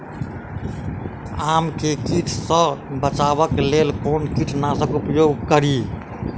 आम केँ कीट सऽ बचेबाक लेल कोना कीट नाशक उपयोग करि?